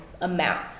amount